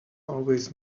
always